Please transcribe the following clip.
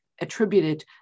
attributed